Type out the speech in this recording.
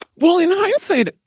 well in hindsight,